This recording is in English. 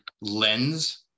lens